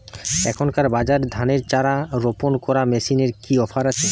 এখনকার বাজারে ধানের চারা রোপন করা মেশিনের কি অফার আছে?